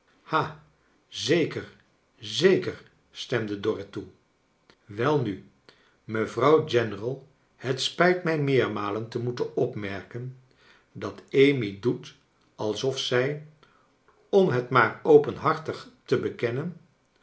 zekerl zeker stemde dorrit toe welnu mevrouw general het spijt mij meermalen te moeten opmerken dat amy doet alsof zij om het maar openhartig te bekennen